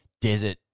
desert